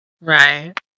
right